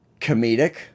comedic